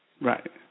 Right